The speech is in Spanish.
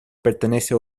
pertenece